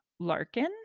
larkin